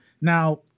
Now